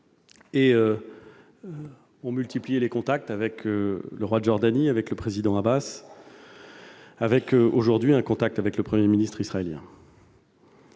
et multiplié les contacts avec le roi de Jordanie, avec le président Abbas et, aujourd'hui, avec le Premier ministre israélien.